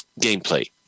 gameplay